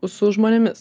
su žmonėmis